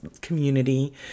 community